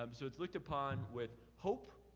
um so it's looked upon with hope,